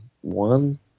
one